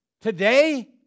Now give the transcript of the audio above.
today